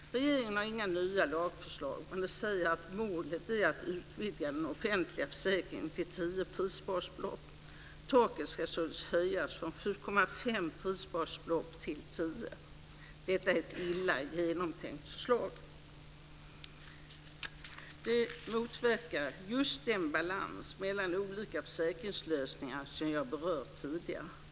Regeringen har inga nya lagförslag, men man säger att målet är att utvidga den offentliga försäkringen till 10 prisbasbelopp. Taket ska således höjas från 7,5 prisbasbelopp till 10. Detta är ett illa genomtänkt förslag. Det motverkar just den balans mellan olika försäkringslösningar som jag berört tidigare.